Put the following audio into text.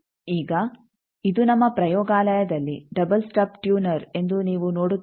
ಈಗ ಇದು ನಮ್ಮ ಪ್ರಯೋಗಾಲಯದಲ್ಲಿ ಡಬಲ್ ಸ್ಟಬ್ ಟ್ಯೂನರ್ ಎಂದು ನೀವು ನೋಡುತ್ತೀರಿ